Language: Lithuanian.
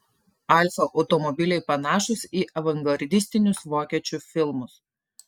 alfa automobiliai panašūs į avangardistinius vokiečių filmus